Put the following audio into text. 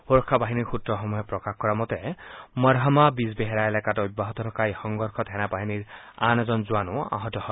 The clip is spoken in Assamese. সুৰক্ষা বাহিনীৰ সত্ৰসমূহে প্ৰকাশ কৰা মতে মৰহামা বিজবেহেৰা এলেকাত অব্যাহত থকা এই সংঘৰ্ষত সেনা বাহিনীৰ আন এজন জোৱানো আহত হৈছে